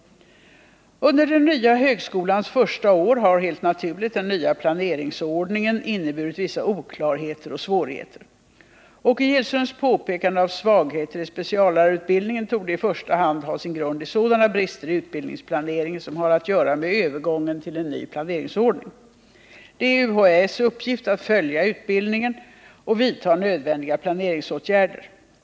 Under den nya högskolans första år har — helt naturligt — den nya planeringsordningen inneburit vissa oklarheter och svårigheter. Åke Gillströms påpekande av svagheter i speciallärarutbildningen torde i första hand ha sin grund i sådana brister i utbildningsplaneringen som har att göra med övergången till en ny planeringsordning. Det är UHÄ:s uppgift att följa utbildningen och vidta nödvändiga planeringsåtgärder.